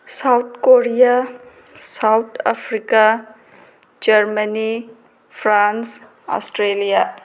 South Korea South Africa Germany France Australia